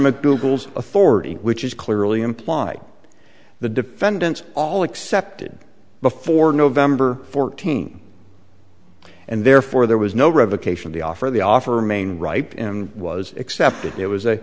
mcdougal's authority which is clearly implied the defendants all accepted before november fourteen and therefore there was no revocation of the offer the offer remain ripe in was accepted it was a